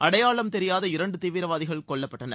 அடையாளம் தெரியாத இரண்டு தீவிரவாதிகள் கொல்லப்பட்டனர்